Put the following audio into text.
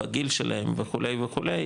בגיל שלהם וכו' וכו',